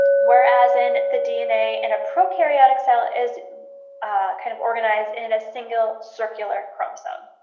whereas in the dna in a prokaryotic cell is ah kind of organized in a single, circular chromosome.